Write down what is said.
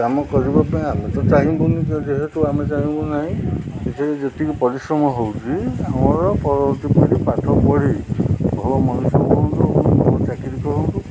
କାମ କରିବା ପାଇଁ ଆମେ ତ ଚାହିଁବୁନି ଯେହେତୁ ଆମେ ଚାହିଁବୁ ନାହିଁ ସେଥିରେ ଯେତିକି ପରିଶ୍ରମ ହେଉଛି ଆମର ପରବର୍ତ୍ତୀ ପିଢ଼ି ପାଠ ପଢ଼ି ଭଲ ମଣିଷ ହୁଅନ୍ତୁ ଭଲ ଚାକିରି କରନ୍ତୁ